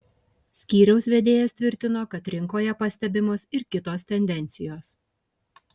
skyriaus vedėjas tvirtino kad rinkoje pastebimos ir kitos tendencijos